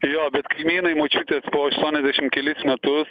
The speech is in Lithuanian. jo bet kaimynai močiutės po aštuoniasdešim kelis metus